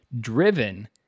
driven